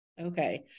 Okay